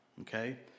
okay